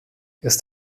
ist